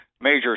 major